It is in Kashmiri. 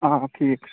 آ ٹھیٖک